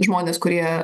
žmonės kurie